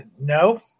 No